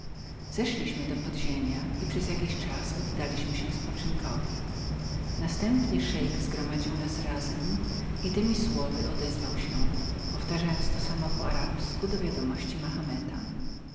zeszliśmy do podziemia i przez jakiś czas oddali spoczynkowi następnie szeik zgromadził nas razem i temi słowy odezwał się powtarzając to samo po arabsku dla wiadomości mahometanów